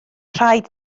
rhaid